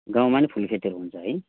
गाउँमा नि फुल खेतीहरू हुन्छ है